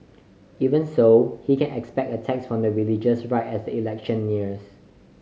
even so he can expect attacks from the religious right as the election nears